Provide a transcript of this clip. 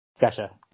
Gotcha